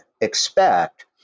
expect